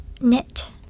knit